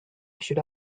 should